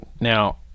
now